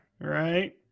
right